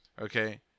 Okay